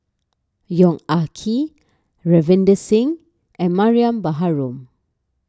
Yong Ah Kee Ravinder Singh and Mariam Baharom